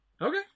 Okay